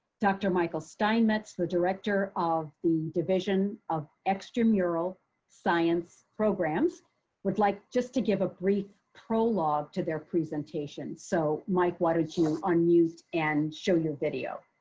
dr. michael steinmetz, the director of the division of extramural science programs would like just to give a brief prologue to their presentation. so mike, why don't you unmute and show your video.